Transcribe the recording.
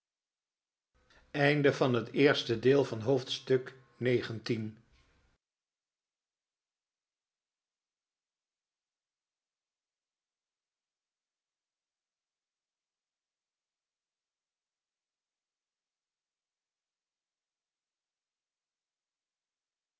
onderwerp van het gesprek haar van het